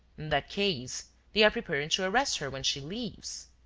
that case, they are preparing to arrest her when she leaves.